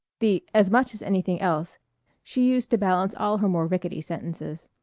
the as much as anything else she used to balance all her more rickety sentences.